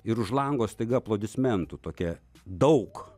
ir už lango staiga aplodismentų tokia daug